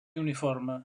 uniforme